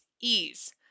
ease